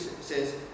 says